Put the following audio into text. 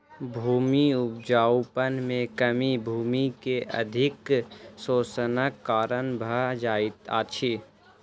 भूमि उपजाऊपन में कमी भूमि के अधिक शोषणक कारण भ जाइत अछि